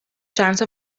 chance